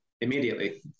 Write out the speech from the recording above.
immediately